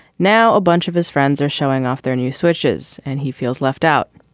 now a bunch of his friends are showing off their new switches and he feels left out.